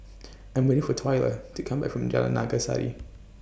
I'm waiting For Twyla to Come Back from Jalan Naga Sari